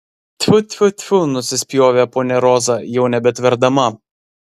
tfiu tfiu tfiu nusispjovė ponia roza jau nebetverdama